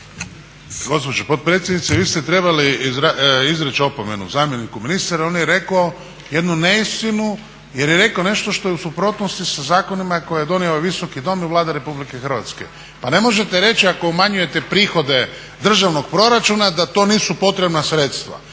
Gospođo potpredsjednice, vi ste trebali izreći opomenu zamjeniku ministra jer on je rekao jednu neistinu, jer je rekao nešto što je u suprotnosti sa zakonima koje je donio ovaj Visoki dom i Vlada RH. Pa ne možete reći ako umanjujete prihode državnog proračuna da to nisu potrebna sredstva.